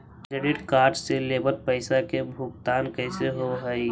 Credit card से लेवल पैसा के भुगतान कैसे होव हइ?